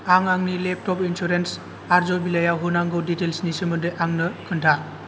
आं आंनि laptop insurance आर'ज बिलाइयाव होनांगौ दिटेल्स नि सोमोन्दै आंनो खोन्था